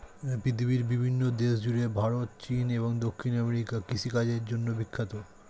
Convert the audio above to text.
পৃথিবীর বিভিন্ন দেশ জুড়ে ভারত, চীন এবং দক্ষিণ আমেরিকা কৃষিকাজের জন্যে বিখ্যাত